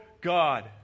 God